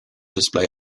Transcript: display